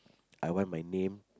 I want my name